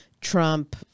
Trump